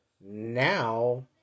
now